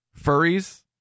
furries